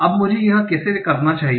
अब मुझे यह कैसे करना चाहिए